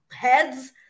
heads